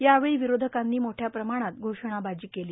यावेळी विरोधकांनी मोठ्या प्रमाणात घोषणाबाजी केली